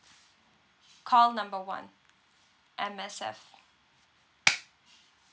call number one M_S_F